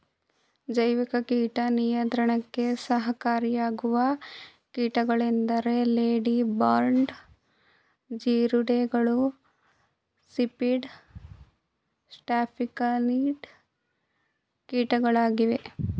ಜೈವಿಕ ಕೀಟ ನಿಯಂತ್ರಣಕ್ಕೆ ಸಹಕಾರಿಯಾಗುವ ಕೀಟಗಳೆಂದರೆ ಲೇಡಿ ಬರ್ಡ್ ಜೀರುಂಡೆಗಳು, ಸಿರ್ಪಿಡ್, ಸ್ಟ್ಯಾಫಿಲಿನಿಡ್ ಕೀಟಗಳಾಗಿವೆ